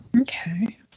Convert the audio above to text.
okay